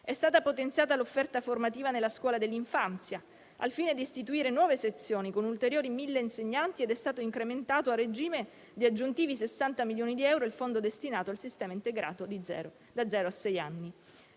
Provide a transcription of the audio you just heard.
È stata poi potenziata l'offerta formativa nella scuola dell'infanzia al fine di istituire nuove sezioni con ulteriori 1.000 insegnanti ed è stato incrementato a regime di aggiuntivi 60 milioni di euro il fondo destinato al sistema integrato da zero a sei anni.